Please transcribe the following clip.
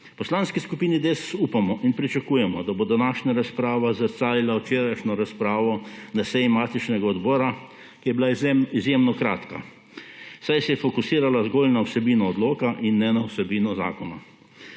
Poslanski skupini Desus upamo in pričakujemo, da bo današnja razprava zrcalila včerajšnjo razpravo na seji matičnega odbora, ki je bila izjemno kratka, saj se je fokusirala zgolj na vsebino odloka in ne na vsebino zakona.